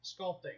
sculpting